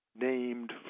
named